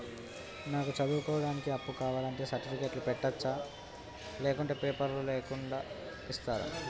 నాకు చదువుకోవడానికి అప్పు కావాలంటే సర్టిఫికెట్లు పెట్టొచ్చా లేకుంటే పేపర్లు లేకుండా ఇస్తరా?